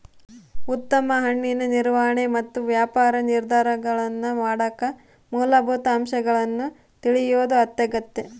ಉತ್ತಮ ಹಣ್ಣಿನ ನಿರ್ವಹಣೆ ಮತ್ತು ವ್ಯಾಪಾರ ನಿರ್ಧಾರಗಳನ್ನಮಾಡಕ ಮೂಲಭೂತ ಅಂಶಗಳನ್ನು ತಿಳಿಯೋದು ಅತ್ಯಗತ್ಯ